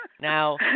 Now